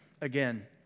Again